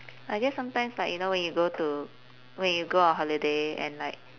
I guess sometimes like you know when you go to when you go on holiday and like